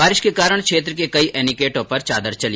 बारिश के कारण क्षेत्र के कई एनिकेटों पर चादर चली